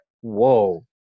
whoa